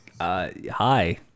Hi